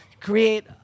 create